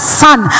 son